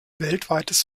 weltweites